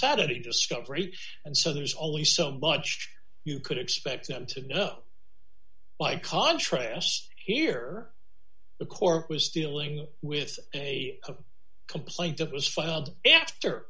saturday discovery and so there's only so much you could expect them to know by contrast here the court was dealing with a complaint of was filed after